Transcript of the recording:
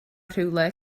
rhywle